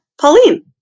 Pauline